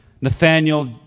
Nathaniel